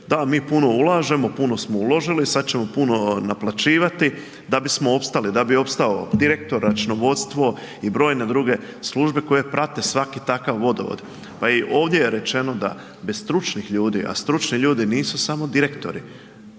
ali mi puno ulažemo, puno smo uložili, sad ćemo puno naplaćivati, da bismo opstali da bi opstao direktor, računovodstvo i brojne druge službe koje prate svaki takav vodovod. Pa i ovdje je rečeno da bez stručnih ljudi a stručni ljudi nisu samo direktori